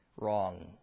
wrong